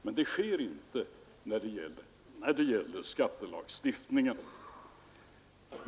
Men så sker inte med skattelagstiftningen.